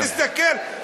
תסתכל,